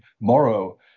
Morrow